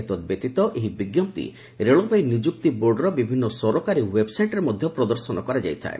ଏତଦ୍ବ୍ୟତୀତ ଏହି ବିଜ୍ଞପ୍ତି ରେଳବାଇ ନିଯୁକ୍ତି ବୋର୍ଡର ବିଭିନ୍ନ ସରକାରୀ ଓ୍ୱେବ୍ସାଇଟ୍ରେ ମଧ୍ୟ ପ୍ରଦର୍ଶନ କରାଯାଇଥାଏ